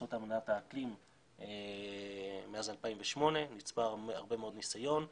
באמצעות אמנת האקלים בשנת מאז 2008. נצבר הרבה מאוד ניסיון.